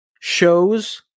Shows